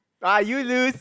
ah you lose